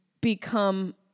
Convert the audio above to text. become